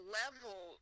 level